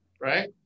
right